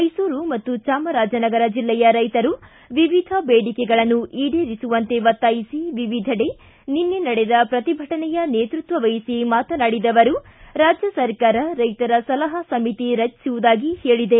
ಮೈಸೂರು ಮತ್ತು ಚಾಮರಾಜನಗರ ಜಿಲ್ಲೆಯ ರೈತರು ವಿವಿಧ ಬೇಡಿಕೆಗಳನ್ನು ಈಡೇರಿಸುವಂತೆ ಒತ್ತಾಯಿಸಿ ವಿವಿಧೆಡೆ ನಿನ್ನೆ ನಡೆದ ಪ್ರತಿಭಟನೆಯ ನೇತೃತ್ವವಹಿಸಿ ಮಾತನಾಡಿದ ಅವರು ರಾಜ್ಯ ಸರ್ಕಾರ ರೈತರ ಸಲಹಾ ಸಮಿತಿ ರಚಿಸುವುದಾಗಿ ಹೇಳಿದೆ